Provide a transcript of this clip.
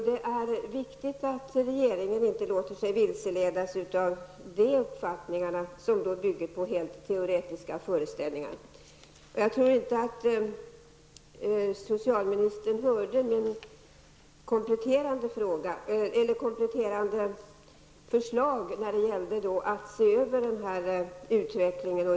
Det är viktigt att regeringen inte låter sig vilseledas av de uppfattningar som bygger på helt teoretiska föreställningar. Jag tror inte att socialministern hörde mitt kompletterande förslag när det gäller att se över den här utvecklingen.